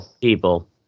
people